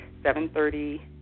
7.30